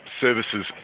Services